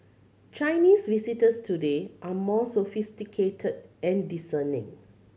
Chinese visitors today are more sophisticated and discerning